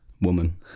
Woman